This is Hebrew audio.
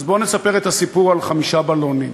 אז בוא נספר את הסיפור על חמישה בלונים.